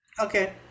okay